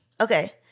Okay